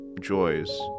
joys